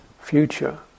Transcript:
future